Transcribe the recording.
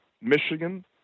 Michigan